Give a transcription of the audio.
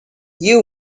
you